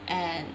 and